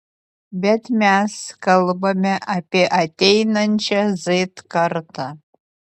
bet mes kalbame apie ateinančią z kartą